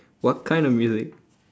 what kind of music